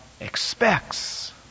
expects